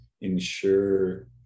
ensure